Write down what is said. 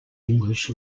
english